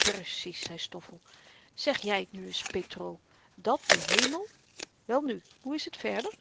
precies zei stoffel zeg jy t nu eens petr dat de hemel welnu hoe is t verder